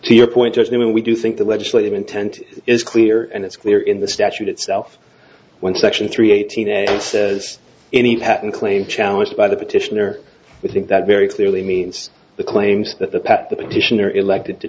to your point i mean we do think the legislative intent is clear and it's clear in the statute itself when section three eighteen and it says any patent claim challenged by the petitioner we think that very clearly means the claims that the that the petitioner elected to